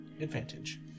advantage